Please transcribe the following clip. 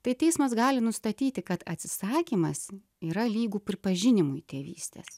tai teismas gali nustatyti kad atsisakymas yra lygu pripažinimui tėvystės